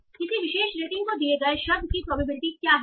तो किसी विशेष रेटिंग को दिए गए शब्द की प्रोबेबिलिटी क्या है